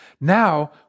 Now